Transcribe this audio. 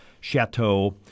chateau